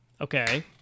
Okay